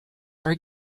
are